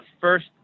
first